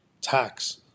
tax